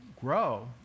grow